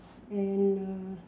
and uh